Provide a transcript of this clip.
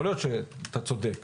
יכול להיות שאתה צודק,